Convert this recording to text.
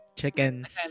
chickens